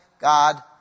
God